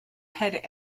head